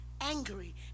angry